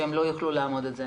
שהם לא יוכלו לעמוד בזה,